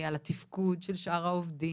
זה יכול להיות על התפקוד של שאר העובדים,